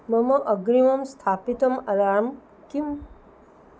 मम अग्रिमं स्थापितम् अलार्म् किम्